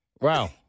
Wow